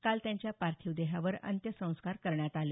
काल त्यांच्या पार्थिव देहावर अंत्यसंस्कार करण्यात आले